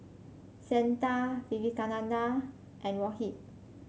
Santha Vivekananda and Rohit